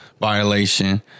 violation